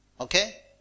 Okay